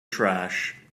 trash